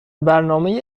برنامه